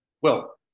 Well-